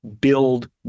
build